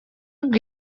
ubwo